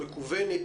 המקוונת,